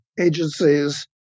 agencies